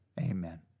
amen